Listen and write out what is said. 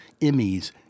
Emmys